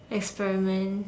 experiment